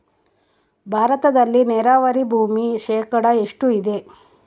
ಭಾರತದಲ್ಲಿ ನೇರಾವರಿ ಭೂಮಿ ಶೇಕಡ ಎಷ್ಟು ಇದೆ?